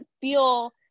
feel